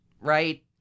right